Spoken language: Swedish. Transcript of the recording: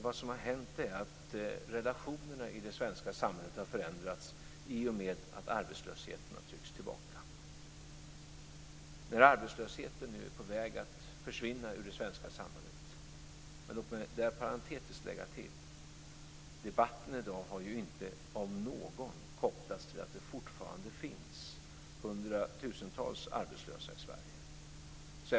Det som har hänt är att relationerna i det svenska samhället har förändrats i och med att arbetslösheten har tryckts tillbaka och är på väg att försvinna ur det svenska samhället. Men låt mig parentetiskt lägga till att debatten i dag inte av någon har kopplats till att det fortfarande finns hundratusentals arbetslösa i Sverige.